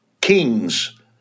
kings